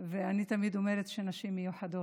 ואני תמיד אומרת שנשים מיוחדות,